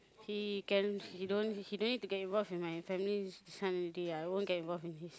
he can he don't he don't need to get involved in my family this one already I won't get involved in his